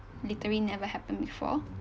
literally never happened before